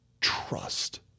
trust